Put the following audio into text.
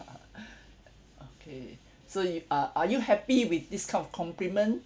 okay so you uh are you happy with this kind of compliment